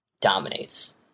dominates